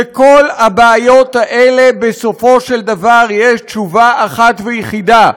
על כל הבעיות האלה בסופו של דבר יש תשובה אחת ויחידה: